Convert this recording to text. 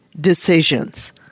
decisions